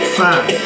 five